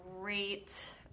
great